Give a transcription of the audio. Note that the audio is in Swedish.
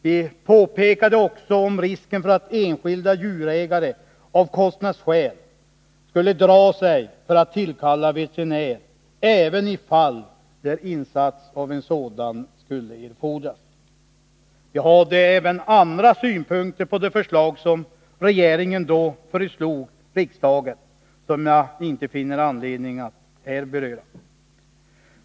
Vi framhöll också risken för att enskilda djurägare av kostnadsskäl skulle dra sig för att tillkalla veterinär även i fall där insats av en sådan skulle erfordras. Vi hade även andra synpunkter på det förslag som regeringen då framlade för riksdagen, som jag inte finner anledning att här beröra.